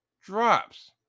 drops